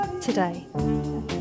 today